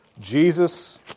Jesus